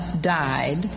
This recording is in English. died